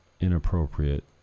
inappropriate